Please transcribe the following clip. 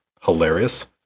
Hilarious